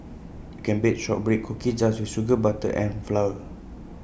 can bake Shortbread Cookies just with sugar butter and flour